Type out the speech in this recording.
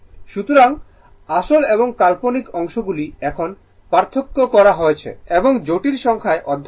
সুতরাং আসল এবং কাল্পনিক অংশগুলি এখন পৃথক করা হয়েছে এবং জটিল সংখ্যায় অধ্যয়ন করা হয়েছে